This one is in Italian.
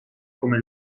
come